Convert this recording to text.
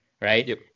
right